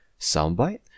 Soundbite